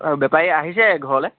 অঁ বেপাৰী আহিছে ঘৰলে